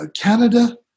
Canada